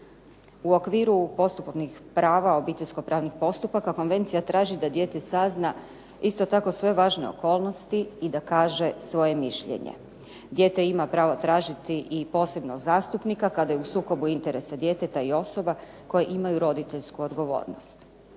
U okviru postupovnih prava obiteljsko pravnih postupaka konvencija traži da dijete sazna isto tako sve važne okolnosti i da kaže svoje mišljenje. Dijete ima pravo tražiti i posebnog zastupnika kada je u sukobu interesa djeteta i osoba koje imaju roditeljsku odgovornost.